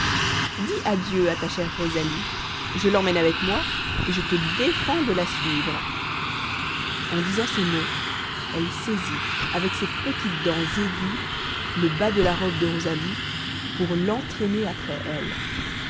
dis adieu à ta chère rosalie je l'emmène avec moi et je te défends de la suivre en disant ces mots elle saisit avec ses petites dents aiguës le bas de la robe de rosalie pour l'entraîner après elle